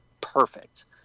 perfect